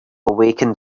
awakened